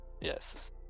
Yes